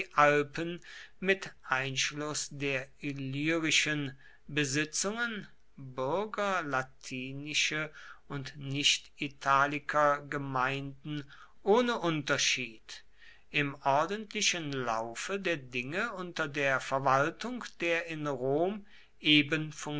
alpen mit einschluß der illyrischen besitzungen bürger latinische und nichtitalikergemeinden ohne unterschied im ordentlichen laufe der dinge unter der verwaltung der in rom eben